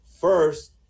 first